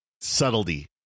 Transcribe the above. subtlety